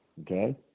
okay